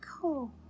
cool